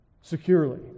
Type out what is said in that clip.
securely